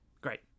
Great